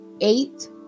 eight